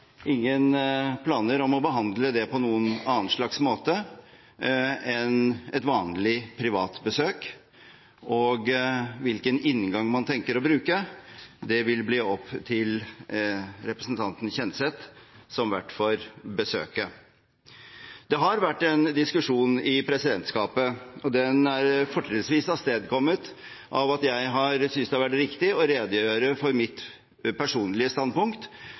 ingen planer om å behandle det på noen annen slags måte enn et vanlig privat besøk, og hvilken inngang man tenker å bruke, vil bli opp til representanten Kjenseth som vert for besøket. Det har vært en diskusjon i presidentskapet. Den er fortrinnsvis avstedkommet av at jeg har syntes det har vært riktig å redegjøre for mitt personlige standpunkt,